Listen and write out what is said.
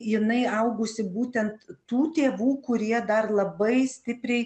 jinai augusi būtent tų tėvų kurie dar labai stipriai